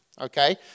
okay